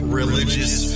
religious